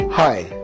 Hi